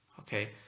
Okay